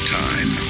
time